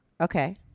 Okay